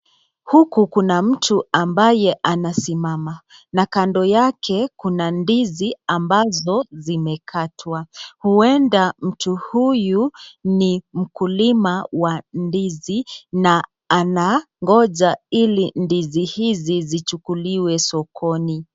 Huku kuna mtu ambaye anasimama na kando yake kuna ndizi ambazo zimekatwa huenda mtu huyu ni mkulima wa ndizi na anangoja ili ndizi hizi zichukuliwe sokoni.